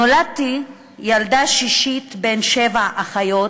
נולדתי ילדה שישית, בין שבע אחיות,